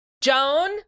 Joan